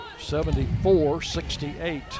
74-68